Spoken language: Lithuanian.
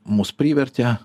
mus privertė